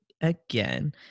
again